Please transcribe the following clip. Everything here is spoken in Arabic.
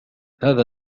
هذا